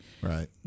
Right